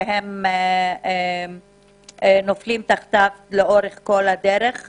שהם נופלים תחתיו לאורך כל הדרך.